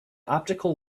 optical